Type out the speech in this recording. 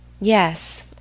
Yes